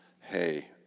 hey